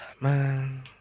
Man